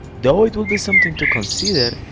though it will be something to consider,